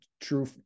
true